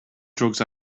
drugs